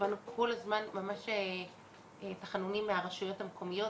קיבלנו כל הזמן ממש תחנונים מהרשויות המקומיות